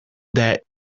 that